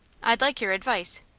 i'd like your advice.